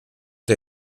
der